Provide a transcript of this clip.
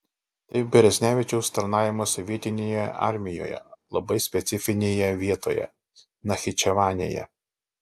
tai beresnevičiaus tarnavimas sovietinėje armijoje labai specifinėje vietoje nachičevanėje